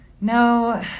No